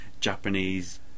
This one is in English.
Japanese